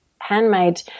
handmade